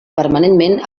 permanentment